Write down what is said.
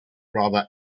rather